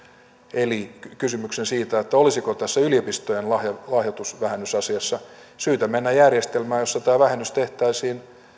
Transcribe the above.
eli kysymykseen siitä olisiko tässä yliopistojen lahjoitusvähennysasiassa syytä mennä järjestelmään jossa tämä vähennys tehtäisiin